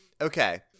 Okay